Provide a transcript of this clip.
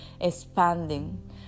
expanding